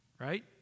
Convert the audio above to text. right